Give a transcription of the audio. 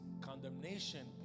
condemnation